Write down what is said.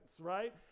right